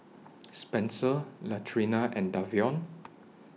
Spenser Latrina and Davion